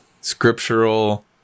scriptural